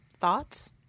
thoughts